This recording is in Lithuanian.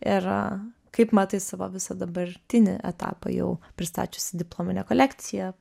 ir kaip matai savo visą dabartinį etapą jau pristačiusi diplominę kolekciją